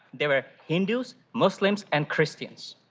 there were hindus, muslims, and christians.